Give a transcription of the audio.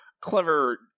clever